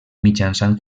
mitjançant